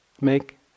make